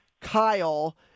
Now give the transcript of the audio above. Kyle